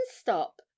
stop